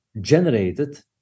generated